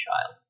child